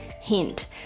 Hint